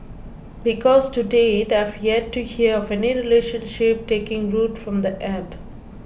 because to date I have yet to hear of any relationship taking root from the App